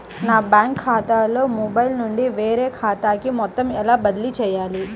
నా బ్యాంక్ ఖాతాలో మొబైల్ నుండి వేరే ఖాతాకి మొత్తం ఎలా బదిలీ చేయాలి?